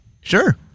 Sure